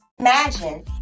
Imagine